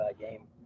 game